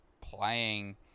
playing